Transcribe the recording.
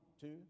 two